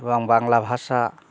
এবং বাংলা ভাষা